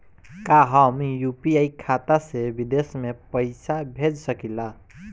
का हम यू.पी.आई खाता से विदेश म पईसा भेज सकिला?